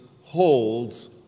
holds